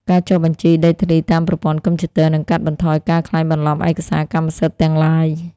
ការចុះបញ្ជីដីធ្លីតាមប្រព័ន្ធកុំព្យូទ័រ នឹងកាត់បន្ថយការក្លែងបន្លំឯកសារកម្មសិទ្ធិទាំងឡាយ។